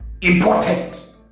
important